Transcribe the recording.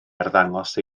arddangos